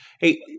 Hey